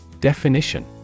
Definition